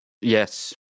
Yes